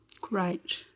Great